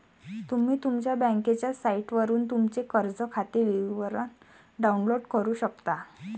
तुम्ही तुमच्या बँकेच्या साइटवरून तुमचे कर्ज खाते विवरण डाउनलोड करू शकता